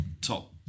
top